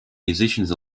musicians